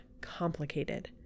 complicated